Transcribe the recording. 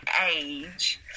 age